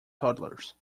toddlers